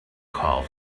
call